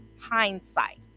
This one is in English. hindsight